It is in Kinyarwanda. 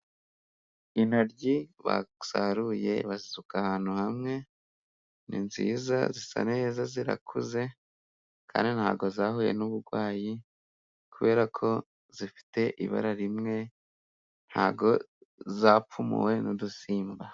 Intoryi basaruye bazisuka ahantu hamwe, ni nziza zisa neza zirakuze kandi ntabwo zahuye n'uburwayi, kuberako zifite ibara rimwe ntabwo zapfumuwe n'udusimba.